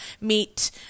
meet